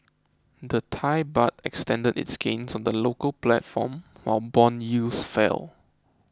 the Thai Baht extended its gains on the local platform while bond yields fell